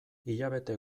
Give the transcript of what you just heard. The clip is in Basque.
hilabete